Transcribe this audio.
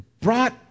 brought